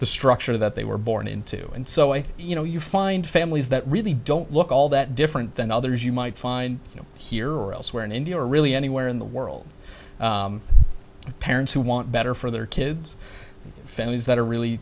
the structure that they were born into and so i think you know you find families that really don't look all that different than others you might find you know here or elsewhere in india really anywhere in the world parents who want better for their kids families that are really